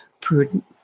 prudent